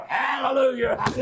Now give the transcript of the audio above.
hallelujah